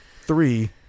three